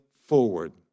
forward